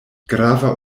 grava